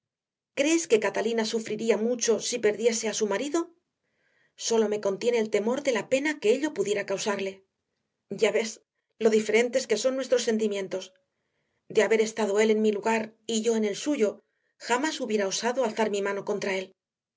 crees que catalina sufriría mucho si perdiese a su marido sólo me contiene el temor de la pena que ello pudiera causarle ya ves lo diferentes que son nuestros sentimientos de haber estado él en mi lugar y yo en el suyo jamás hubiera osado alzar mi mano contra él